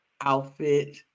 outfit